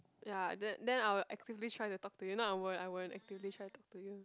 ya then then I will actively try to talk to you if not I won't I won't actively try to talk to you